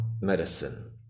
medicine